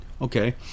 okay